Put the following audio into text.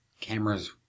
cameras